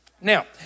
now